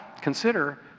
consider